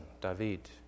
David